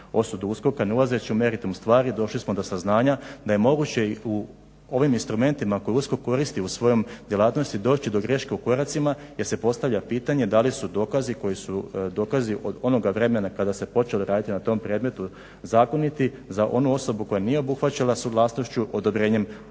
osudu USKOK-a. Ne ulazeći u meritum stvari došli smo do saznanja da je moguće i u ovim instrumentima koje USKOK koristi u svojoj djelatnosti doći do greške u koracima jer se postavlja pitanje da li su dokazi koji su dokazi od onoga vremena kada se počelo raditi na tom predmetu zakoniti za onu osobu koja nije obuhvaćena suglasnošću odobrenjem, znamo